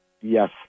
Yes